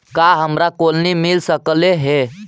का हमरा कोलनी मिल सकले हे?